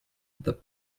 that